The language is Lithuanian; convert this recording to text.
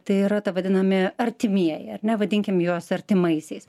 tai yra ta vadinami artimieji ar ne vadinkim juos artimaisiais